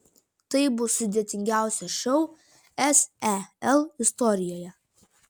tai bus sudėtingiausias šou sel istorijoje